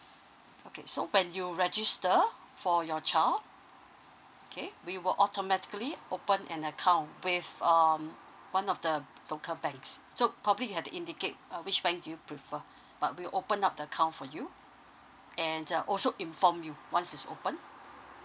okay so when you register for your child okay we will automatically open an account with um one of the local banks so probably you have to indicate uh which bank do you prefer but we'll open up the account for you and uh also inform you once it's opened